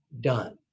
done